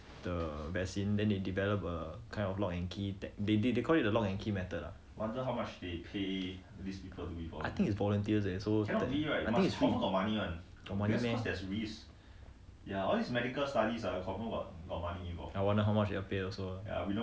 then your body will have the antibody to is like a lock and key lah so they they find the vaccine then they develop a kind of lock and key tech~ they called it the lock and key method ah I think is volunteer eh so I think is free got money meh